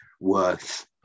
worth